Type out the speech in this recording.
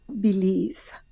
believe